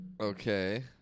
Okay